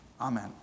amen